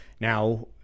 Now